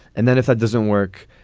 and then if that doesn't work,